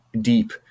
deep